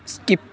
skip